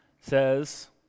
Says